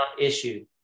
issue